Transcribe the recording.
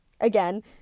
again